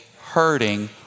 hurting